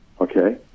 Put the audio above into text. okay